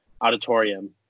auditorium